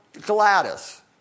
Gladys